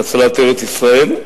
להצלת ארץ-ישראל.